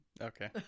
Okay